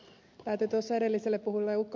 täytyy tuossa edelliselle puhujalle ed